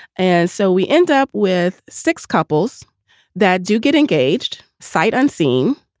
and so we end up with six couples that do get engaged. sight unseen,